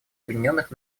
объединенных